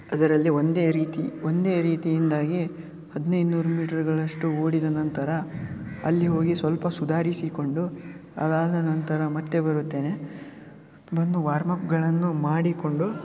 ಅದರಲ್ಲಿ ಒಂದೇ ರೀತಿ ಒಂದೇ ರೀತಿಯಿಂದಾಗಿ ಹದಿನೈದು ನೂರು ಮೀಟ್ರಗಳಷ್ಟು ಓಡಿದ ನಂತರ ಅಲ್ಲಿ ಹೋಗಿ ಸ್ವಲ್ಪ ಸುಧಾರಿಸಿಕೊಂಡು ಅದಾದ ನಂತರ ಮತ್ತೆ ಬರುತ್ತೇನೆ ಬಂದು ವಾರ್ಮ್ಅಪ್ಗಳನ್ನು ಮಾಡಿಕೊಂಡು